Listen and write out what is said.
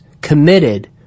committed